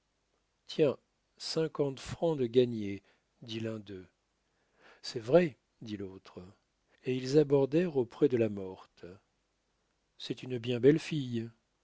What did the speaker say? tiens cinquante francs de gagnés dit l'un d'eux c'est vrai dit l'autre et ils abordèrent auprès de la morte c'est une bien belle fille